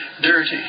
dirty